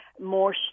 more